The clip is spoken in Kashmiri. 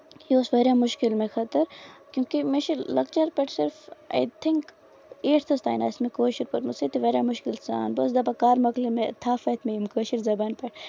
یہِ اوس واریاہ مُشکِل مےٚ خٲطر کیوں کہِ مےٚ چھُ لۄکچار پٮ۪ٹھ صرف آئی تھنک ایٹتھس تام آسہِ مےٚ کٲشُر پوٚرمُت سُہ تہِ واریاہ مُشکِل سان بہٕ ٲسٕس دَپان کر مۄکلہِ مےٚ تھپھ وۄتھہِ مےٚ ییٚمہِ کٲشِر زَبانہِ پٮ۪ٹھ